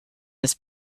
his